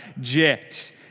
jet